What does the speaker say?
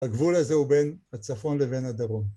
הגבול הזה הוא בין הצפון לבין הדרום.